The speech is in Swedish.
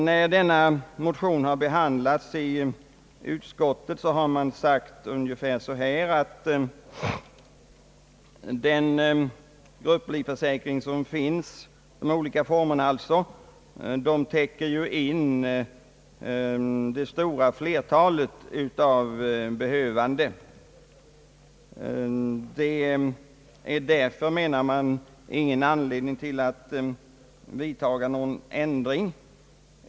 När motionerna behandlades i utskottet anfördes det att den nuvarande grupplivförsäkringen med dess olika varianter ju täcker in det stora flertalet av behövande. Det finns därför ingen anledning att vidtaga någon ändring.